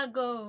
go